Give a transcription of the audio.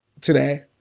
today